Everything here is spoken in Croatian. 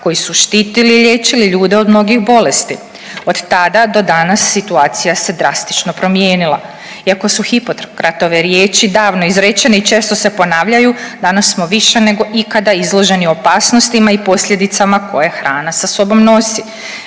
koji su štititi i liječili ljude od mnogih bolesti. Od tada do danas situacija se drastično promijenila. Iako su Hipokratove riječi davno izrečene i često se ponavljaju, danas smo više nego ikada izloženi opasnostima i posljedicama koje hrana sa sobom nosi.